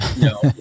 no